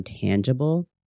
tangible